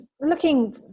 looking